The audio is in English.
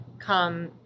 come